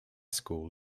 school